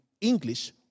English